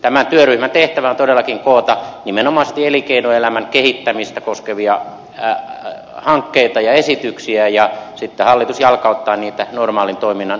tämän työryhmän tehtävä on todellakin koota nimenomaisesti elinkeinoelämän kehittämistä koskevia hankkeita ja esityksiä ja sitten hallitus jalkauttaa niitä normaalin toiminnan ohessa